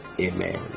Amen